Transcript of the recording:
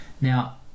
Now